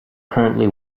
currently